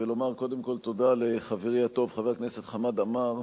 ולומר קודם כול תודה לחברי הטוב חבר הכנסת חמד עמאר,